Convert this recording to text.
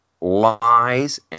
lies